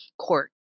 court